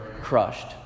crushed